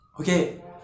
Okay